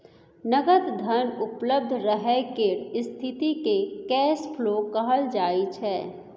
नगद धन उपलब्ध रहय केर स्थिति केँ कैश फ्लो कहल जाइ छै